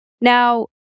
Now